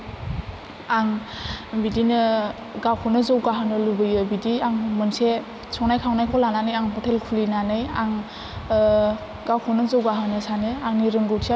आं बिदिनो गावखौनो जौगाहोनो लुबैयो बिदि आं मोनसे संनाय खावनायखौ लानानै आं हटेल खुलिनानै आं गावखौनो जौगाहोनो सानो आंनि रोंगथिया बेनो आं संनाय खावनाय